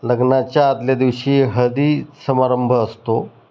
लग्नाच्या आधल्या दिवशी हळदी समारंभ असतो